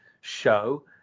show